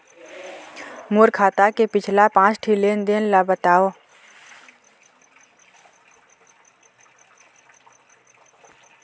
मोर खाता के पिछला पांच ठी लेन देन ला बताव?